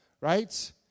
right